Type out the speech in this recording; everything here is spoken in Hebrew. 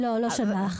לא לא שנה,